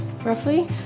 roughly